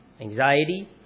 anxiety